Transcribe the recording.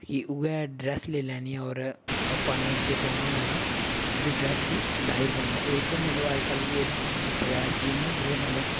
कि उ'ऐ ड्रेस लेई लैनी होर पानियै बिच्चे पौना होवे तां उस ड्रेस गी लाई'र पौना एह्दे मतलब अज्जकल तुसें एह् बी दिक्खेआ स्वीमिंग जि'यां मतलब